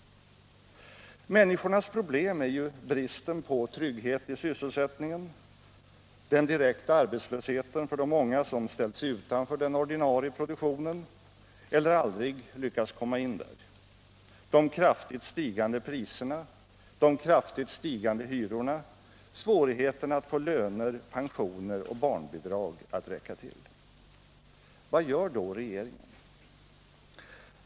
Människornas problem är ju bristen på trygghet i sysselsättningen, den direkta arbetslösheten för de många som ställts utanför den ordinarie produktionen eller aldrig lyckats komma in där, de kraftigt stigande priserna, de kraftigt stigande hyrorna, svårigheten att få löner, pensioner och barnbidrag att räcka till. Vad gör då regeringen?